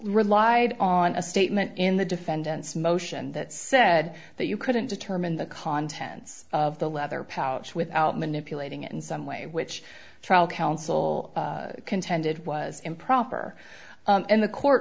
relied on a statement in the defendant's motion that said that you couldn't determine the contents of the leather pouch without manipulating it in some way which trial counsel contended was improper and the court